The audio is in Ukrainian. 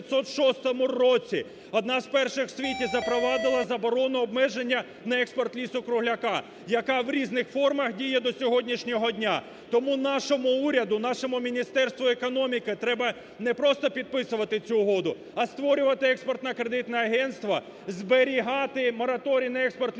одна з перших в світі запровадила заборону обмеження на експорт лісу-кругляка, яка в різних формах діє до сьогоднішнього дня. Тому нашому уряду, нашому Міністерству економіки треба не просто підписувати цю угоду, а створювати Експортно-кредитне агентство, зберігати мораторій на експорт лісу-кругляка,